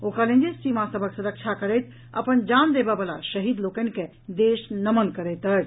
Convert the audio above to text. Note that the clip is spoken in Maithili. ओ कहलनि जे सीमा सभक रक्षा करैत अपन जान देबय वला शहीद लोकनि के देश नमन करैत अछि